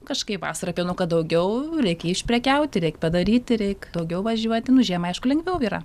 kažkaip vasarą pienuko daugiau reikia išprekiauti reik padaryti reik daugiau važiuoti nu žiemą aišku lengviau yra